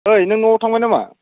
ओइ नों न'आव थांबाय नामा